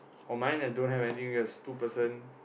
on mine i don't have anything there two person